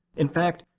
in fact,